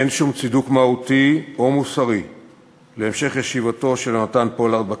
אין שום צידוק מהותי או מוסרי להמשך ישיבתו של יונתן פולארד בכלא,